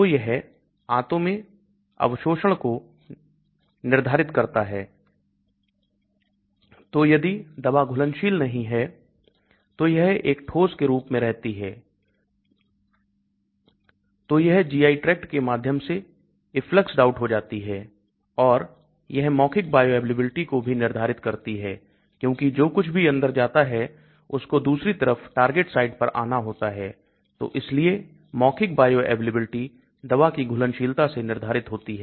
तो यह आंतों में अवशोषण को निर्धारित करता है तो यदि दवा घुलनशील नहीं है तो यह एक ठोस के रूप में रहती है तो यह GI tract के माध्यम से effluxed out हो जाती है और यह मौखिक बायोअवेलेबिलिटी को भी निर्धारित करती है क्योंकि जो कुछ भी अंदर जाता है उसको दूसरी तरफ टारगेट साइट पर आना होता है तो इसलिए मौखिक बायोअवेलेबिलिटी दवा की घुलनशीलता से निर्धारित होती है